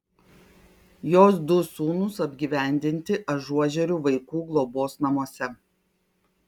jos du sūnūs apgyvendinti ažuožerių vaikų globos namuose